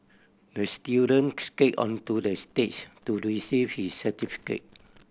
the student skated onto the stage to receive his certificate